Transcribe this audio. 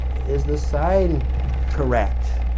is the sign correct?